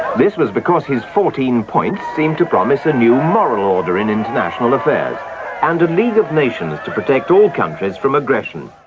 this was because his fourteen points seemed to promise a new moral order in international affairs and a league of nations to protect all countries from aggression.